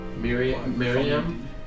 Miriam